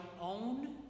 own